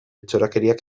txorakeriak